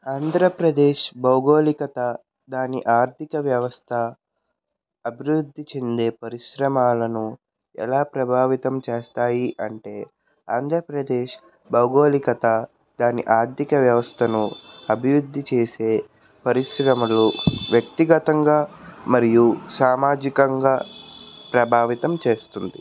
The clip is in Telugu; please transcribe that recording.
ఆంధ్రప్రదేశ్ భౌగోళికత దాని ఆర్థిక వ్యవస్థ అభివృద్ధి చెందే పరిశ్రమలను ఎలా ప్రభావితం చేస్తాయి అంటే ఆంధ్రప్రదేశ్ భౌగోళికత దాని ఆర్థిక వ్యవస్థను అభివృద్ధి చేసే పరిశ్రమలు వ్యక్తిగతంగా మరియు సామాజికంగా ప్రభావితం చేస్తుంది